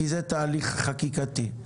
כי זה תהליך חקיקתי.